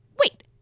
Wait